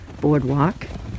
boardwalk